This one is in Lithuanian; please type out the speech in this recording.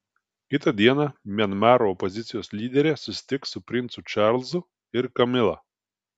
kitą dieną mianmaro opozicijos lyderė susitiks su princu čarlzu ir kamila